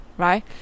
Right